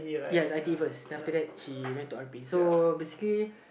yes I did first then after that she went to R_P so basically